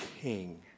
king